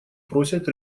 просят